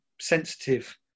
sensitive